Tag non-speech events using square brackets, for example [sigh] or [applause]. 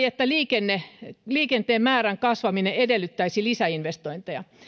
[unintelligible] että liikenteen määrän kasvaminen edellyttäisi lisäinvestointeja